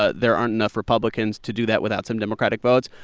ah there aren't enough republicans to do that without some democratic votes.